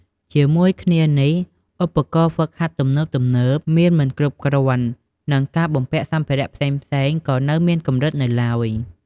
ជាមួយគ្នានេះ ឧបករណ៍ហ្វឹកហាត់ទំនើបៗមានមិនគ្រប់គ្រាន់ និងការបំពាក់សម្ភារៈផ្សេងៗក៏នៅមានកម្រិតនៅឡើយ។